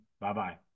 Bye-bye